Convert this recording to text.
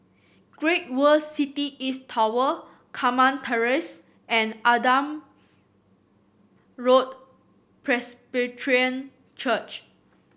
Great World City East Tower Carmen Terrace and Adam Road Presbyterian Church